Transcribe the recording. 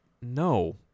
no